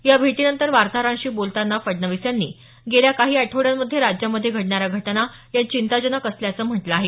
या भेटीनंतर वार्ताहरांशी बलताना फडणवीस यांनी गेल्या काही आठवड्यांमध्ये राज्यामध्ये घडणाऱ्या घटना या चिंताजनक असल्याचं म्हटलं आहे